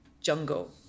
jungle